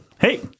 hey